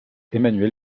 emmanuel